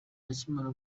akimara